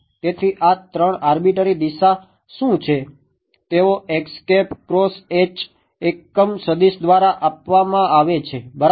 તેઓ એકમ સદીશ દ્વારા આપવામાં આવે છે બરાબર